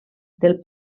del